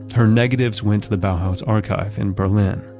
her negatives went to the bauhaus archive in berlin,